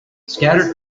scattered